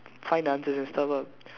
find the answers and stuff lah